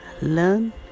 learn